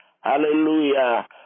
Hallelujah